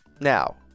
Now